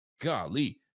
golly